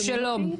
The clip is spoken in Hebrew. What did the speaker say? שלום,